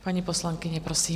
Paní poslankyně, prosím.